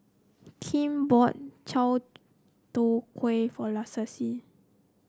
Kem bought Chai Tow Kuay for Lassie